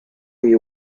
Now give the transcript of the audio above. you